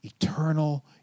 eternal